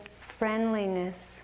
friendliness